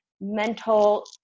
mental